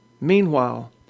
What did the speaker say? Meanwhile